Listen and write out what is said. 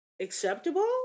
acceptable